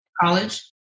college